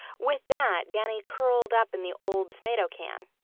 with that danny curled up in the old tomato can.